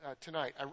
tonight